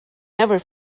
never